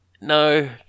no